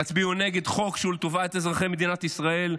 תצביעו נגד חוק שהוא לטובת אזרחי מדינת ישראל,